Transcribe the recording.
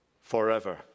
forever